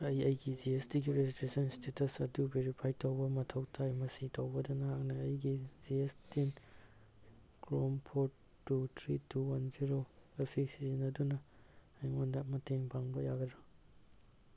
ꯑꯩ ꯑꯩꯒꯤ G S T registration status ꯑꯗꯨ ꯕꯦꯔꯤꯐꯥꯏꯗ ꯇꯧꯕ ꯃꯊꯧ ꯇꯥꯏ ꯃꯁꯤ ꯇꯧꯕꯗ ꯅꯍꯥꯛꯅ ꯑꯩꯒꯤ ꯖꯤ ꯑꯦꯁ ꯇꯤ ꯀ꯭ꯔꯣꯝ ꯐꯣꯔꯗ two three two one zero ꯑꯁꯤ ꯁꯤꯖꯤꯟꯅꯗꯨꯅ ꯑꯩꯉꯣꯟꯗ ꯃꯇꯦꯡ ꯄꯥꯡꯕ ꯌꯥꯒꯗ꯭ꯔ